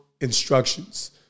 instructions